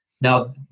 Now